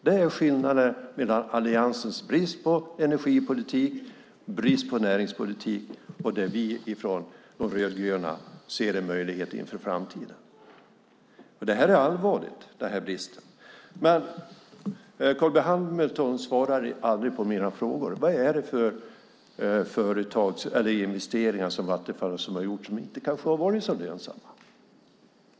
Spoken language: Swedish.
Det är skillnaden mellan Alliansens brist på energipolitik och brist på näringspolitik och det som vi från De rödgröna ser som en möjlighet inför framtiden. Den här bristen är allvarlig. Carl B Hamilton svarar aldrig på mina frågor. Vad är det för investeringar som Vattenfall har gjort som kanske inte har varit så lönsamma?